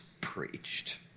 preached